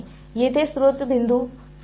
येथे स्रोत बिंदू काय आहे